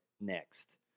Next